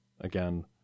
again